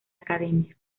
academia